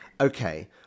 Okay